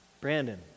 Brandon